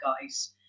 guys